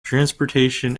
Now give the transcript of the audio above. transportation